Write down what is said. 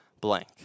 blank